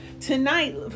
tonight